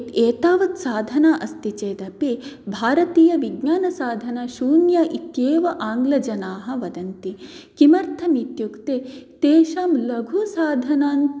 एतावत् साधना अस्ति चेदपि भारतीयविज्ञानसाधना शून्या इत्येव आङ्गलजनाः वदन्ति किमर्थं इत्युक्ते तेषां लघुसाधनान्